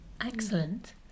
Excellent